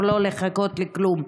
ולא לחכות לכלום.